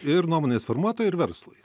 ir nuomonės formuotojai ir verslui